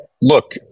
Look